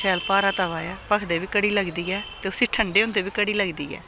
शैल भारा तवा ऐ भखदे बी घड़ी लगदी ऐ ते उसी ठंडे होंदे बी घड़ी लगदी ऐ